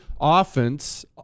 Offense